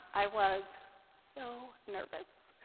i was so nervous.